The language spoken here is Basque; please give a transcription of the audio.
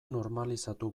normalizatu